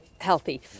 healthy